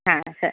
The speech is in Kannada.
ಹಾಂ ಸರಿ